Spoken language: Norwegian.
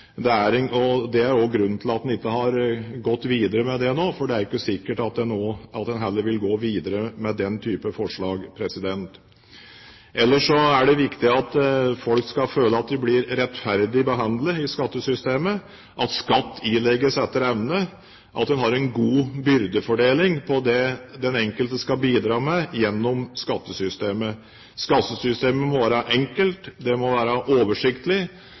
det er også grunnen til at en ikke har gått videre med det nå, for det er ikke sikkert at en heller vil gå videre med den type forslag. Ellers er det viktig at folk skal føle at de blir rettferdig behandlet i skattesystemet, at skatt ilegges etter evne, at en har en god byrdefordeling på det den enkelte skal bidra med gjennom skattesystemet. Skattesystemet må være enkelt, det må være oversiktlig,